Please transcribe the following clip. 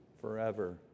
forever